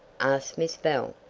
asked miss bell.